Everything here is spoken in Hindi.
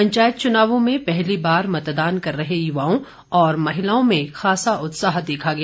पंचायत चुनावों में पहली बार मतदान कर रहे युवाओं और महिलाओं में खासा उत्साह देखा गया